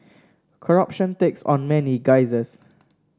corruption takes on many guises